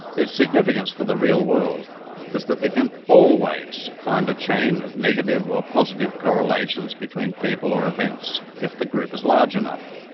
its significance for the real world is that we can always find a chain of negative or positive correlations between people or events if the group is large enough.